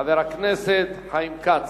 חבר הכנסת חיים כץ.